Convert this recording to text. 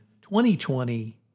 2020